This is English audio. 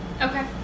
Okay